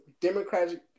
Democratic